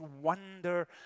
wonder